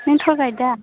नों tour guide दा